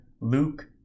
Luke